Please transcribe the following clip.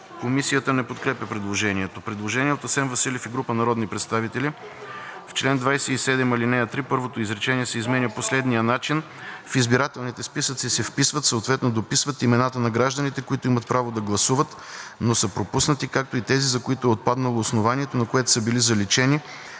Комисията не подкрепя предложението. Предложение от Асен Василев и група народни представители. „В чл. 27, ал. 3, първото изречение се изменя по следния начин: „В избирателните списъци се вписват, съответно дописват, имената на гражданите, които имат право да гласуват, но са пропуснати, както и тези, за които е отпаднало основанието, на което са били заличени